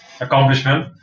accomplishment